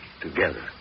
together